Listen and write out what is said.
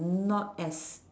not as